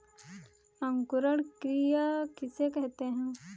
अंकुरण क्रिया किसे कहते हैं?